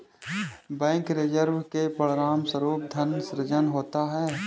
bank reserve के परिणामस्वरूप धन सृजन होता है